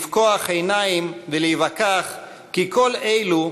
לפקוח עיניים ולהיווכח כי כל אלו